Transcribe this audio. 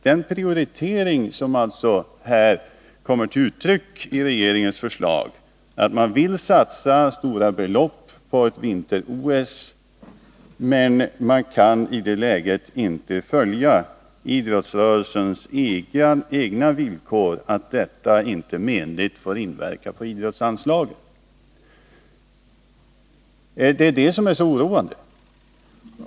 Den prioritering som har kommit till uttryck i regeringens förslag innebär att man vill satsa stora belopp på ett vinter-OS men att man i det läget inte kan ställa upp på idrottsrörelsens egna villkor, som är att detta inte menligt får inverka på idrottsanslaget. Det är det som är så oroande.